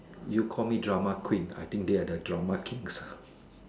you call me drama queen I think they are the drama kings ah